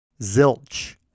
Zilch